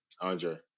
Andre